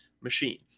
machine